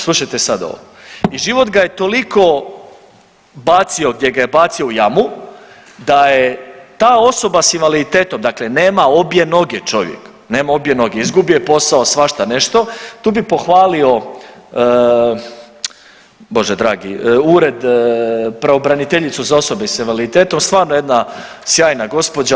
Slušajte sad ovo, i život ga je toliko bacio gdje ga je bacio u jamu da je ta osoba s invaliditetom, dakle nema obje noge čovjek, nema obje noge, izgubio je posao, svašta nešto, tu bi pohvalio Bože dragi ured, pravobraniteljicu za osobe s invaliditetom, stvarno jedna sjajna gospođa,